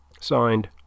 Signed